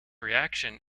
reaction